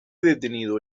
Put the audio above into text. detenido